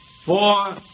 Four